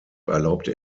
erlaubte